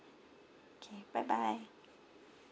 K bye bye